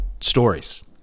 stories